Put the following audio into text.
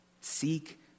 Seek